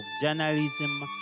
journalism